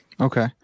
Okay